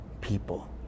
people